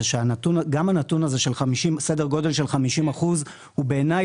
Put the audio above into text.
שגם הנתון הזה של סדר גודל של 50% הוא בעיניי